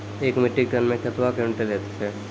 एक metric tonne मे कतवा क्वींटल हैत छै?